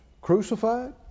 crucified